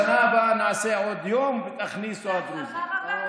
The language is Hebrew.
בשנה הבאה נעשה עוד יום ותכניסו את הדרוזים.